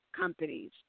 companies